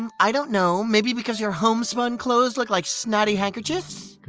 um i dunno. maybe because your homespun clothes look like snotty hankerchiefs.